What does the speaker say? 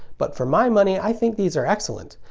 but for my money, i think these are excellent.